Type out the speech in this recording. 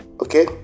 Okay